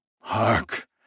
hark